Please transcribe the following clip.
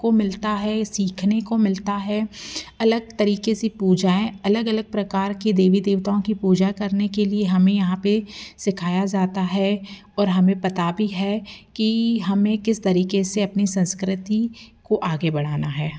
को मिलता है सीखने को मिलता है अलग तरीके से पूजाऍं अलग अलग प्रकार के देवी देवताओं की पूजा करने के लिए हमें यहाँ पर सिखाया जाता है और हमें पता भी है कि हमें किस तरीके से अपनी संस्कृति को आगे बढ़ाना है